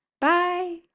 Bye